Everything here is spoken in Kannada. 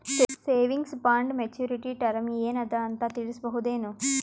ಸೇವಿಂಗ್ಸ್ ಬಾಂಡ ಮೆಚ್ಯೂರಿಟಿ ಟರಮ ಏನ ಅದ ಅಂತ ತಿಳಸಬಹುದೇನು?